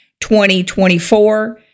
2024